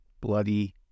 Bloody